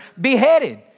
beheaded